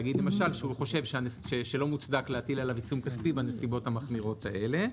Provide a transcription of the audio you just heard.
להגיד למשל שלא מוצדק להטיל עליו עיצום כספי בנסיבות המחמירות האלה.